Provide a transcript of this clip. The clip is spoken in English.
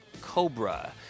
Cobra